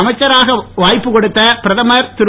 அமைச்சராக வாய்ப்பு கொடுத்த பிரதமர் திரு